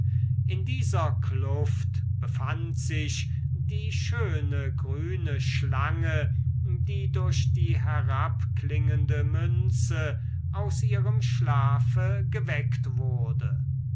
in dieser kluft befand sich die schöne grüne schlange die durch die herabklingende münze aus ihrem schlafe geweckt wurde